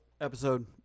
episode